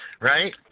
right